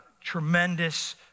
tremendous